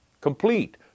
complete